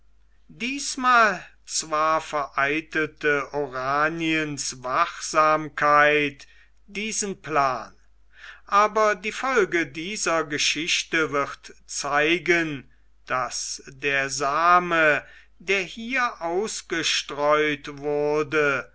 diesmal zwar vereitelte oraniens wachsamkeit diesen plan aber die folge dieser geschichte wird zeigen daß der same der hier ausgestreut wurde